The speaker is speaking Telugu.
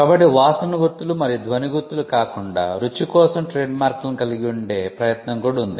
కాబట్టి వాసన గుర్తులు మరియు ధ్వని గుర్తులు కాకుండా రుచి కోసం ట్రేడ్మార్క్లను కలిగి ఉండే ప్రయత్నం కూడా ఉంది